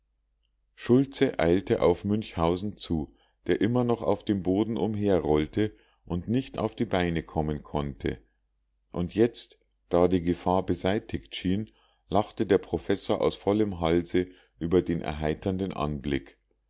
schultze eilte auf münchhausen zu der immer noch auf dem boden umherrollte und nicht auf die beine kommen konnte und jetzt da die gefahr beseitigt schien lachte der professor aus vollem halse über den erheiternden anblick